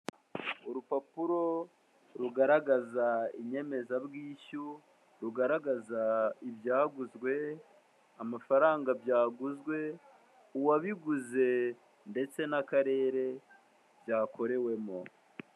Urupapuro rugaragaza inyemezabwishyu, rugaragaza ibyaguzwe, amafaranga byaguzwe, uwabiguze ndetse n'akarere byakorewemo.